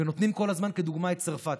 ונותנים כל הזמן כדוגמה את צרפת.